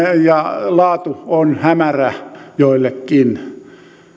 ja laatu on hämärä joillekin